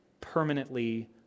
permanently